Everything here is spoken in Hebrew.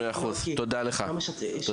מאה אחוז, תודה לך , תודה.